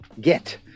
Get